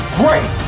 great